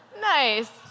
Nice